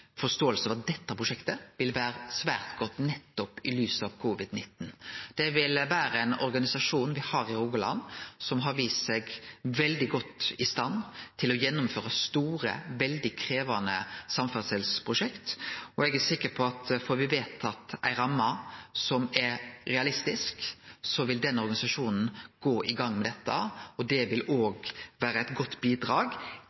at dette prosjektet vil vere svært godt – nettopp i lys av covid-19. Det vil vere ein organisasjon me har i Rogaland som har vist seg veldig godt i stand til å gjennomføre store, veldig krevjande samferdselsprosjekt. Eg er sikker på at får me vedtatt ei ramme som er realistisk, vil den organisasjonen gå i gang med dette. Det vil